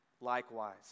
likewise